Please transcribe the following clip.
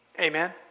Amen